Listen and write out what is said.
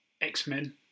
X-Men